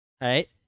right